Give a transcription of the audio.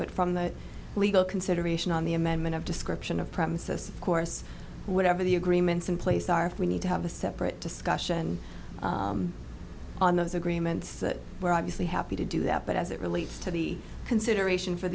but from the legal consideration on the amendment of description of premises of course whatever the agreements in place are if we need to have a separate discussion on those agreements that we're obviously happy to do that but as it relates to the consideration for